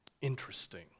interesting